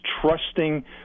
trusting